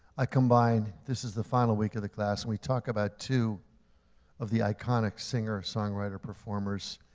i combined, this is the final week of the class, and we talk about two of the iconic singer-songwriter-performers,